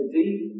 deep